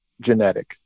genetic